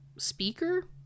speaker